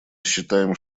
считаем